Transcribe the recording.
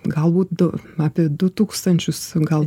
galbūt du apie du tūkstančius gal